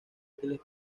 útiles